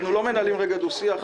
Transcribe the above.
אנחנו לא מנהלים דו-שיח,